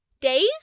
days